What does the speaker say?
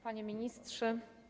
Panie Ministrze!